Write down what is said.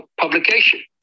publication